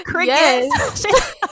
Yes